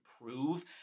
prove